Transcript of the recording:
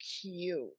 cute